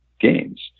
games